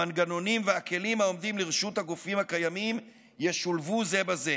המנגנונים והכלים העומדים לרשות הגופים הקיימים ישולבו זה בזה.